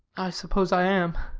suppose i am.